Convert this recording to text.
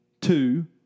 two